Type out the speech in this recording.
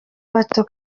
bato